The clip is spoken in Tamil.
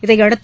இதையடுத்து